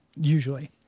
Usually